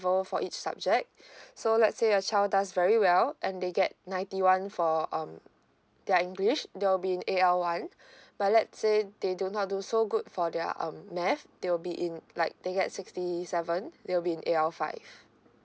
for each subject so let's say your child does very well and they get ninety one for um their english there will be in A_L one but let say they do not do so good for their um math they will be in like they get sixty seven they will be in A_L five